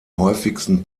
häufigsten